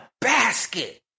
basket